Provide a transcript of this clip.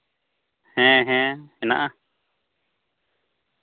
ᱦᱮᱸ ᱦᱮᱸ ᱦᱮᱱᱟᱜᱼᱟ